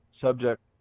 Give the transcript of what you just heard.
subject